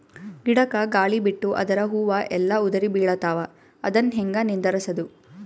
ಗಿಡಕ, ಗಾಳಿ ಬಿಟ್ಟು ಅದರ ಹೂವ ಎಲ್ಲಾ ಉದುರಿಬೀಳತಾವ, ಅದನ್ ಹೆಂಗ ನಿಂದರಸದು?